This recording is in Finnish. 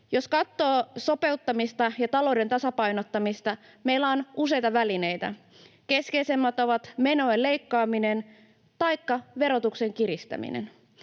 Jos katsoo sopeuttamista ja talouden tasapainottamista, meillä on useita välineitä. Keskeisimmät ovat menojen leikkaaminen taikka verotuksen kiristäminen.